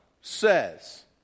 says